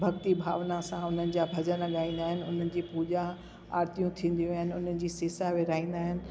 भक्ति भावना सां उन्हनि जा भॼन ॻाईंदा आहिनि उन्हनि जी पूजा आर्तियूं थींदियूं आहिनि उन्हनि जी सिसा विराईंदा आहिनि